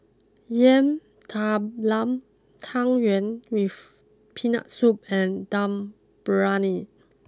Yam Talam Tang Yuen with Peanut Soup and Dum Briyani